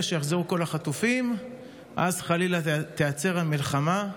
שיחזרו כל החטופים אז חלילה תיעצר המלחמה.